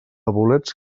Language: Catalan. bolets